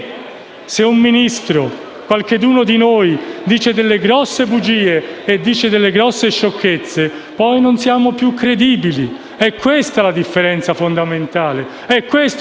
Ho anche detto che, siccome ritengo che i cittadini devono capire che lo Stato è dalla loro parte e non contro di loro, non voglio sentir parlare di complottismo,